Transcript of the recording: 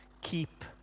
keep